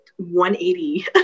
180